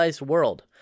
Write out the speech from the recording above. world